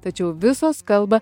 tačiau visos kalba